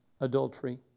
adultery